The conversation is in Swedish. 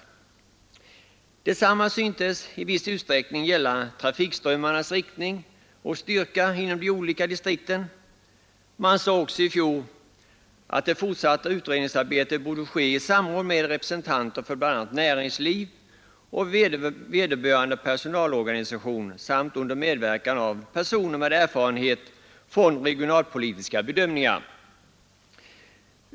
Detsamma syntes i viss utsträckning gälla trafikströmmarnas riktning och styrka inom de olika distrikten. Man sade också i fjol att det fortsatta utredningsarbetet borde ske i samråd med representanter för bl.a. näringsliv och vederbörande personalorganisation samt under medverkan av personer med erfarenhet från regionalpolitiska bedömningar.